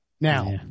Now